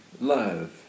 love